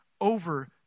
over